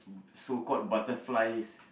so called butterflies